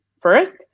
first